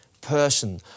person